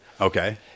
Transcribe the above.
Okay